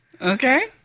Okay